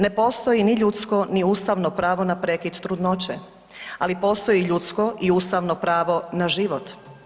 Ne postoji ni ljudsko, ni ustavno pravo na prekid trudnoće, ali postoji ljudsko i ustavno pravo na život.